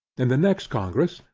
in the next congress,